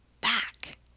back